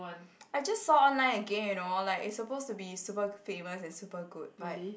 I just saw online again you know like it's supposed to be super famous and super good but